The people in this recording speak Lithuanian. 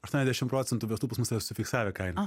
aštuoniasdešim procentų verslų pas mus užsifiksavę kainą